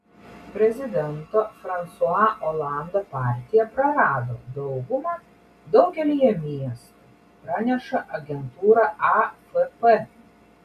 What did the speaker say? prezidento fransua olando partija prarado daugumą daugelyje miestų praneša agentūra afp